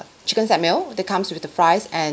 chicken set meal that comes with the fries and